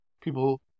People